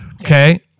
Okay